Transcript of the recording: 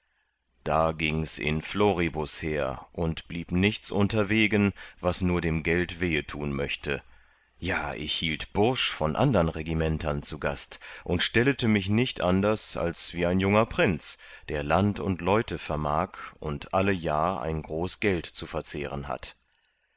da giengs in floribus her und blieb nichts unterwegen was nur dem geld wehe tun möchte ja ich hielt bursch von andern regimentern zu gast und stellete mich nicht anders als wie ein junger prinz der land und leute vermag und alle jahr ein groß geld zu verzehren hat